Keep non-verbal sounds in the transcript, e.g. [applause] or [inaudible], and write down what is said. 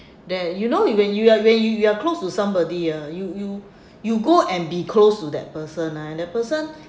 that you know you when you are when you you are close to somebody uh you you [breath] you go and be close to that person ah and the person [breath]